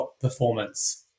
performance